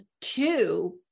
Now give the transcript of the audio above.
two